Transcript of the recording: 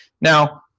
Now